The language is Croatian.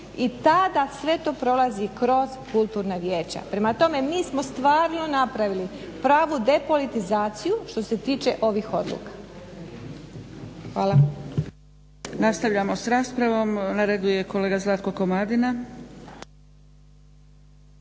i tada sve to prolazi kroz kulturna vijeća. Prema tome, mi smo stvarno napravili pravu depolitizaciju što se tiče ovih odluka. Hvala.